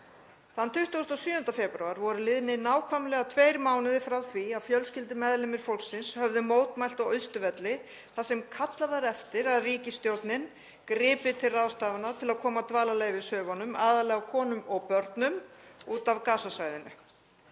Þann 27. febrúar voru liðnir nákvæmlega tveir mánuðir frá því að fjölskyldumeðlimir fólksins höfðu mótmælt á Austurvelli þar sem kallað var eftir að ríkisstjórnin gripi til ráðstafana til að koma dvalarleyfishöfunum, aðallega konum og börnum, út af Gaza-svæðinu.